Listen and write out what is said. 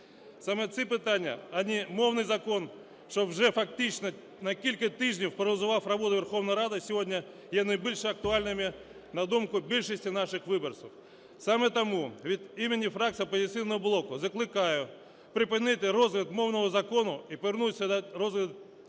Саме ці питання, а не мовний закон, що вже фактично на кілька тижнів паралізував роботу Верховної Ради сьогодні, є найбільш актуальними на думку більшості наших виборців. Саме тому від імені фракції "Опозиційного блоку" закликаю припинити розгляд мовного закону і повернутися до розгляду